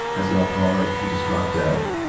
as an alcoholic, he just dropped dead.